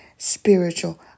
spiritual